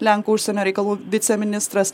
lenkų užsienio reikalų viceministras